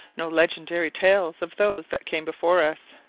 no legendary tales of those that came before us.